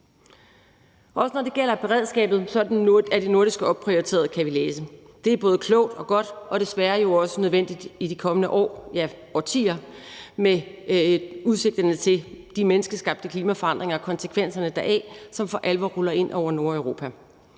Også når det gælder beredskabet, er det nordiske opprioriteret, kan vi læse. Det er både klogt og godt og desværre jo også nødvendigt i de kommende år, ja, årtier, med udsigterne til de menneskeskabte klimaforandringer og konsekvenserne deraf, som for alvor ruller ind over Nordeuropa.